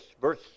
verse